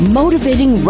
motivating